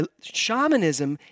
shamanism